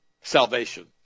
salvation